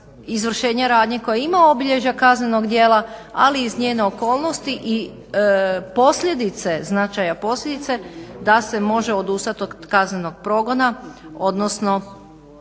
izvršenja radnje koje ima obilježja kaznenog dijela ali iz njene okolnosti i posljedice značaja posljedice da se može odustati od kaznenog progona, odnosno